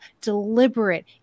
deliberate